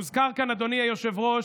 הוזכר כאן, אדוני היושב-ראש,